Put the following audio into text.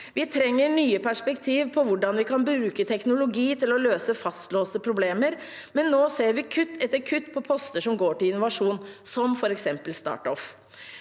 Vi trenger nye perspektiv på hvordan vi kan bruke teknologi til å løse fastlåste problemer, men nå ser vi kutt etter kutt på poster som går til innovasjon, som f.eks. StartOff.